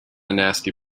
nasty